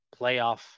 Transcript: playoff